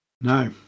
No